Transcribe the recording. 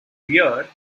year